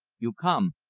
you come,